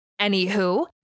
Anywho